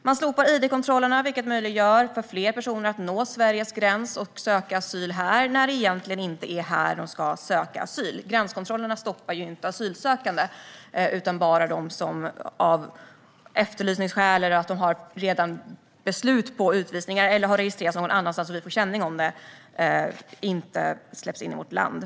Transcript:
Man slopar id-kontrollerna, vilket möjliggör för fler personer att nå Sveriges gräns och söka asyl här när det egentligen inte är här de ska söka asyl. Gränskontrollerna stoppar ju inte asylsökande utan bara dem som av efterlysningsskäl, för att de redan har beslut om utvisning eller för att de har registrerats någon annanstans och vi får kännedom om det, inte släpps in i vårt land.